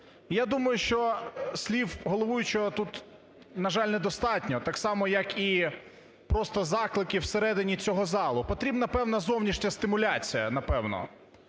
Я думаю, що слів головуючого тут, на жаль, недостатньо, так само як і просто закликів в середині цього залу, потрібна певна зовнішня стимуляція, напевно.